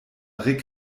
rick